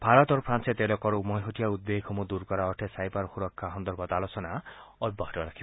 ভাৰত আৰু ফ্ৰান্সে তেওঁলোকৰ উমৈহতীয়া উদ্বেগসমূহ দূৰ কৰাৰ অৰ্থে ছাইবাৰ সুৰক্ষা সন্দৰ্ভত আলোচনা অব্যাহত ৰাখিব